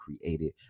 created